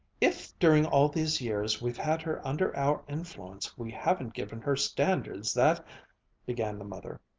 if during all these years we've had her under our influence we haven't given her standards that began the mother.